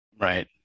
right